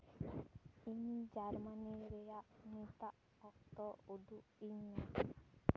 ᱤᱧ ᱡᱟᱨᱢᱟᱱᱤ ᱨᱮᱭᱟᱜ ᱱᱤᱛᱟᱜ ᱚᱠᱛᱚ ᱩᱫᱩᱜ ᱟᱹᱧ ᱢᱮ